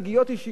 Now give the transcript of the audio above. שאולי יגיע,